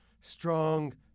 strong